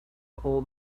all